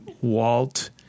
Walt